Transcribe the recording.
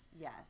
Yes